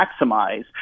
maximize